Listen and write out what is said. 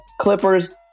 Clippers